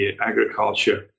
agriculture